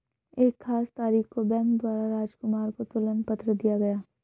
एक खास तारीख को बैंक द्वारा राजकुमार को तुलन पत्र दिया गया